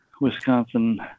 Wisconsin